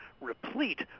replete